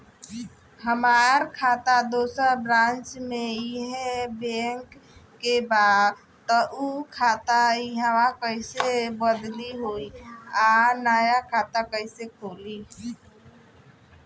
हमार खाता दोसर ब्रांच में इहे बैंक के बा त उ खाता इहवा कइसे बदली होई आ नया खाता कइसे खुली?